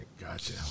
Gotcha